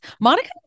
Monica